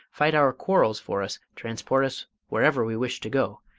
fight our quarrels for us, transport us wherever we wish to go,